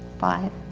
five